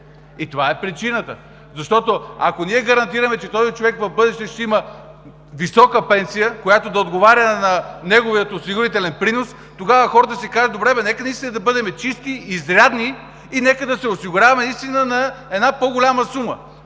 Това е причината. Ако ние гарантираме, че този човек в бъдеще ще има висока пенсия, която да отговаря на неговия осигурителен принос, тогава хората ще кажат: добре нека наистина да бъдем чисти, изрядни и нека да се осигуряваме на една по-голяма сума.